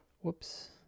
whoops